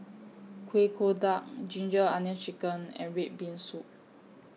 Kueh Kodok Ginger Onions Chicken and Red Bean Soup